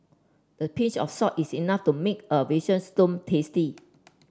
a pinch of salt is enough to make a veal stone tasty